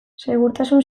segurtasun